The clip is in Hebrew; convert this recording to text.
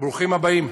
ברוכים הבאים.